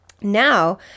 now